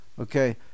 Okay